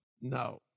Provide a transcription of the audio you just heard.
No